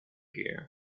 here